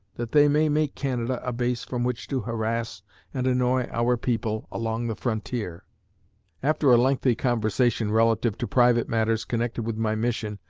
that they may make canada a base from which to harass and annoy our people along the frontier after a lengthy conversation relative to private matters connected with my mission,